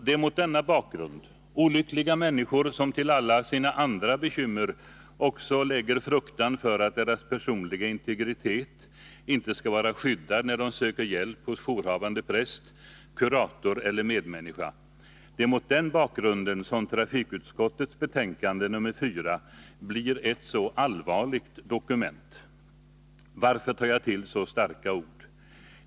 Det är mot denna bakgrund — olyckliga människor som till alla sina andra bekymmer också lägger fruktan för att deras personliga integritet inte skall vara skyddad när de söker hjälp hos Jourhavande präst, kurator eller medmänniska — som trafikutskottets betänkande nr 4 blir ett så allvarligt dokument. Varför tar jag till så starka ord?